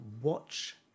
Watch